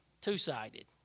two-sided